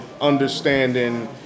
understanding